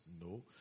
no